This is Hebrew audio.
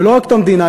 ולא רק את המדינה,